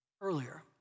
earlier